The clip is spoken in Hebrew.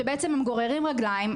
שבעצם הם גוררים רגליים,